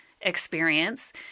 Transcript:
experience